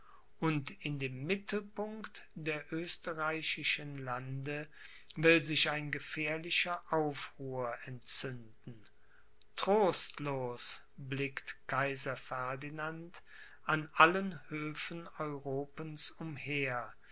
und in dem mittelpunkt der österreichischen lande will sich ein gefährlicher aufruhr entzünden trostlos blickt kaiser ferdinand an allen höfen europens umher